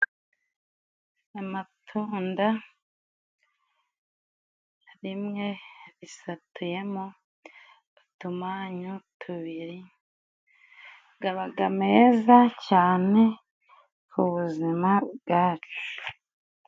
Amatunda rimwe risatuyemo utumanyu tubiri gabaga meza cyane ku buzima bwacu.